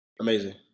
amazing